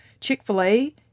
Chick-fil-A